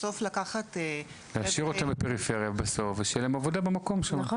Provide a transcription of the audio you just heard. בסוף לקחת --- שיישארו פריפריה בסוף ושתהיה להם עבודה שם.